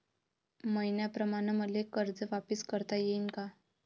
मईन्याप्रमाणं मले कर्ज वापिस करता येईन का?